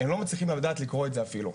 הם לא מצליחים לדעת לקרוא את זה אפילו.